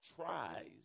tries